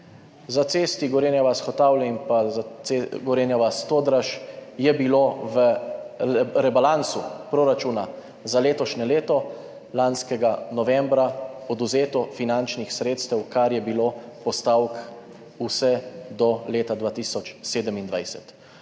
Za cesti Gorenja vas–Hotavlje in Gorenja vas–Todraž so bila v rebalansu proračuna za letošnje leto lanskega novembra odvzeta finančna sredstva, kar je bilo postavk, vse do leta 2027.